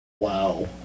Wow